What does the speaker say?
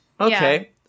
Okay